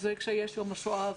כשיש יום השואה,